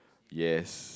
yes